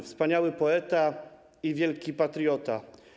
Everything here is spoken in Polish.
Wspaniały poeta i wielki patriota.